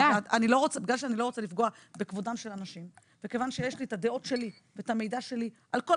זאת אומרת יש כאן איזושהי אנומליה שלי היא לא מובנת לחלוטין.